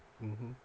mmhmm